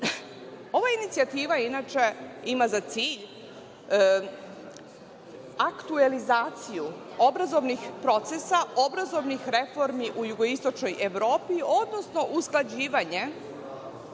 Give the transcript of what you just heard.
inicijativa inače ima za cilj aktuelizaciju obrazovnih procesa, obrazovnih reformi u jugoistočnoj Evropi, odnosno usklađivanje